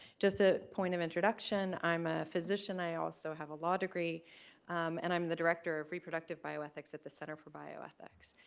just a point of introduction i'm a physician i also have a law degree and i'm the director of reproductive bioethics at the center for bioethics,